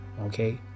okay